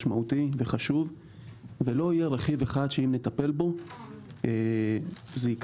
משמעותי וחשוב ולא יהיה רכיב אחד שאם נטפל בו זה יקרה.